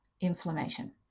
inflammation